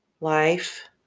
life